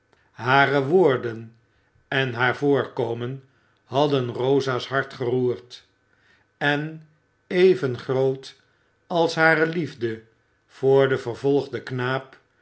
hare woorden en haar voorkomen hadden rosa's hart geroerd en even groot als hare liefde voor den vervolgden knaap